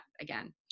again